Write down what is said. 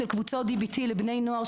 של קבוצות DBT לבני נוער,